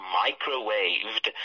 microwaved